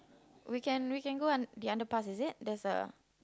we can we can go un~ the underpass is it there's a